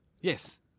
Yes